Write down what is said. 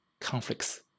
conflicts